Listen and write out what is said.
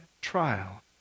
trial